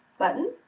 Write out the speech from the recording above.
button,